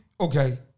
okay